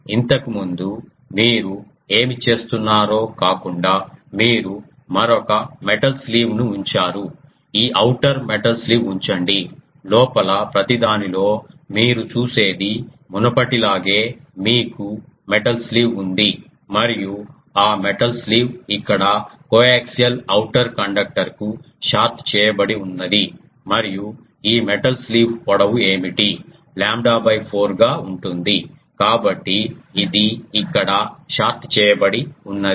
ఇంతకు ముందు మీరు ఏమి చేస్తున్నారో కాకుండా మీరు మరొక మెటల్ స్లీవ్ను ఉంచారు ఈ ఔటర్ మెటల్ స్లీవ్ ఉంచండి లోపల ప్రతిదానిలో మీరు చూసేది మునుపటిలాగే మీకు మెటల్ స్లీవ్ ఉంది మరియు ఆ మెటల్ స్లీవ్ ఇక్కడ కోయాక్సియల్ ఔటర్ కండక్టర్ కు షార్ట్ చేయబడి ఉన్నది మరియు ఈ మెటల్ స్లీవ్ పొడవు ఏమిటి లాంబ్డా 4 గా ఉంటుంది కాబట్టి ఇది ఇక్కడ షార్ట్ చేయబడి ఉన్నది